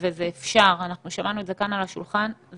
זה אפשרי, אנחנו שמענו את זה וזה אפשרי.